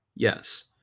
Yes